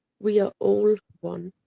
we are all one.